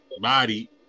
Body